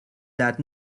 that